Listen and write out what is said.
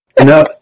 No